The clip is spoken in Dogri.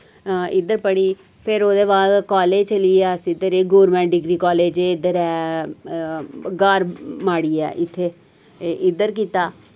इद्धर पढ़ी फिर ओह्दे बाद कालेज चलियै अस इद्धर एह् गोरमैंट डिग्री कालेज ऐ इद्धर ऐ गार माड़ी ऐ इत्थै इद्धर कीता